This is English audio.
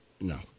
No